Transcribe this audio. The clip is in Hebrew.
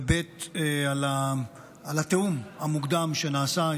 וגם על התיאום המוקדם שנעשה.